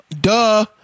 Duh